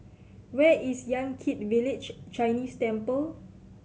where is Yan Kit Village Chinese Temple